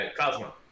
Cosmo